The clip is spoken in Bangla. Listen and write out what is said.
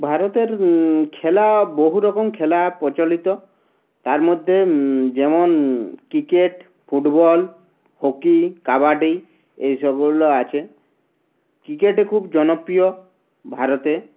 ভারতের খেলা বহু রকম খেলা প্রচলিত তার মধ্যে যেমন ক্রিকেট ফুটবল হকি কাবাডি এইসবগুলো আছে ক্রিকেটে খুব জনপ্রিয় ভারতে